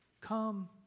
come